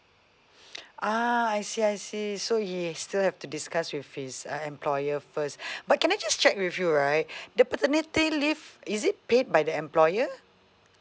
ah I see I see so he still have to discuss with his uh employer first but can I just check with you right the paternity leave is it paid by the employer